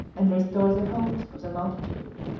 and restore the hopes, of the multitude.